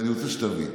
אני רוצה שתבין: